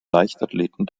leichtathleten